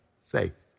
faith